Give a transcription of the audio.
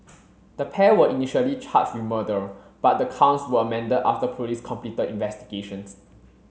the pair were initially charged with murder but the counts were amended after police completed investigations